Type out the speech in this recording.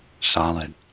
solid